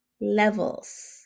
levels